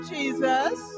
Jesus